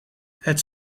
het